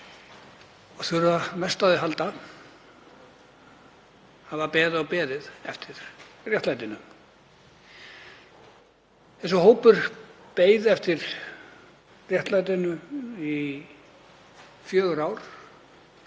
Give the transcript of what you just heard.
og þurfa mest á því að halda hafa beðið og beðið eftir réttlætinu. Þessi hópur beið eftir réttlætinu í fjögur ár,